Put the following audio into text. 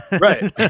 right